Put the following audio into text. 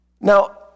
Now